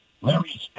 Larry